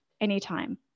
anytime